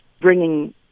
bringing